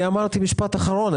אני אמרתי: משפט אחרון.